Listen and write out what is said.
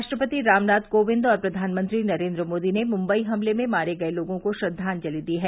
राष्ट्रपति रामनाथ कोविंद और प्रवानमंत्री नरेंद्र मोदी ने मुग्वई हमले में मारे गए लोगों को श्रद्वांजलि दी है